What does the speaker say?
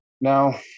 Now